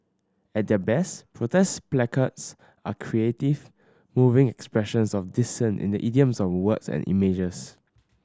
at their best protest placards are creative moving expressions of dissent in the idiom of words and images